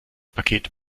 paket